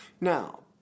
Now